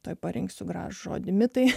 toje parinksiu gražų žodį mitai